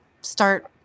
start